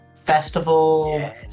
festival